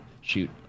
shoot